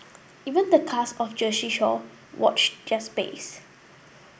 even the cast of Jersey Shore watch their space